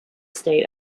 state